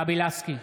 גבי לסקי,